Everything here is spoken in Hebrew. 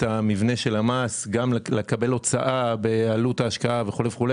המבנה של המס גם לקבל הוצאה בעלות ההשקעה וכולי,